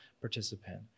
participant